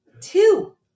Two